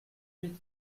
huit